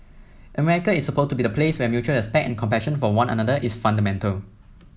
America is supposed to be the place where mutual respect and compassion for one another is fundamental